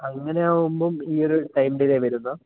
അങ്ങനെയാവുമ്പം ഈയൊരു time delay വരുമെന്നാ